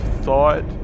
thought